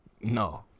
No